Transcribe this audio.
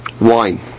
wine